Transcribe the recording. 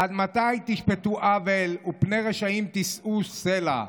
עד מתי תשפטו עול ופני רשעים תשאו סלה.